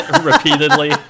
repeatedly